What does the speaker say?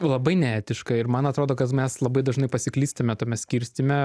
labai neetiška ir man atrodo kad mes labai dažnai pasiklystame tame skirstyme